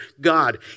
God